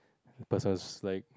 the person is like